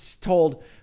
told